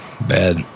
Bad